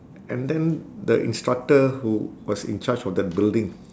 and then the instructor who was in charge of that building